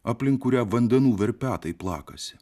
aplink kurią vandenų verpetai plakasi